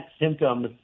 symptoms